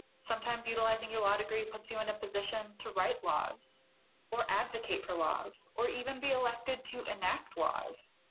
sometimes utilizing your law degree puts you in a position to write laws or advocate for laws or even be elected to enact laws.